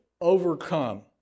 overcome